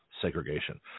segregation